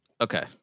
Okay